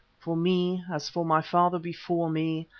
for me, as for my father before me,